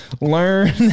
learn